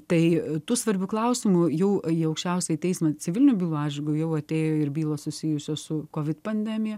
tai tų svarbių klausimų jau į aukščiausiąjį teismą civilinių bylų atžvilgiu jau atėjo ir bylos susijusios su covid pandemija